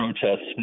protests